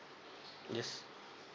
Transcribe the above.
yes